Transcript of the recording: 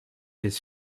his